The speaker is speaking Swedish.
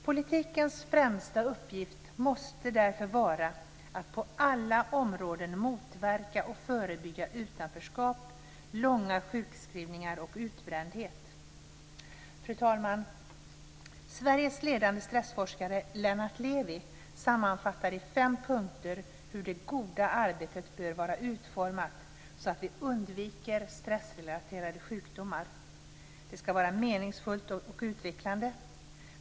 Politikens främsta uppgift måste därför vara att på alla områden motverka och förebygga utanförskap, långa sjukskrivningar och utbrändhet. Fru talman! Sveriges ledande stressforskare, Lennart Levi, sammanfattar i fem punkter hur det goda arbetet bör vara utformat, så att vi undviker stressrelaterade sjukdomar. · Det ska vara meningsfullt och utvecklande.